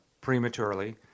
prematurely